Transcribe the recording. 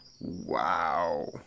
wow